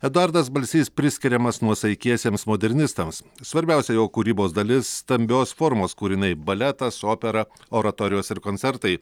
eduardas balsys priskiriamas nuosaikiesiems modernistams svarbiausia jo kūrybos dalis stambios formos kūriniai baletas opera oratorijos ir koncertai